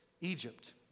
Egypt